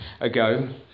ago